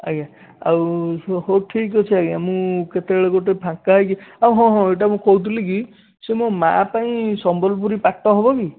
ଆଜ୍ଞା ଆଉ ହଉ ଠିକ୍ ଅଛି ଆଜ୍ଞା ମୁଁ କତେବେଳେ ଗୋଟେ ଫାଙ୍କା ହୋଇକି ଆଉ ହଁ ହଁ ଏଇଟା ମୁଁ କହୁଥିଲି କି ସେ ମୋ ମା' ପାଇଁ ସମ୍ବଲପୁରୀ ପାଟ ହେବ କି